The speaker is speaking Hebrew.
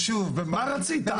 מה רצית,